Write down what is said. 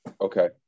Okay